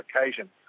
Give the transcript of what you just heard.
occasion